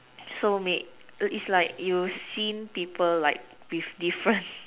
so mate it's like you seen people like with different